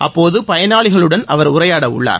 அப்போது பயனாளிகளுடன் அவர் உரையாடவுள்ளார்